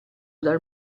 dal